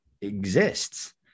exists